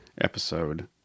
episode